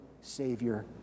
savior